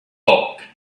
bulk